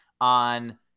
on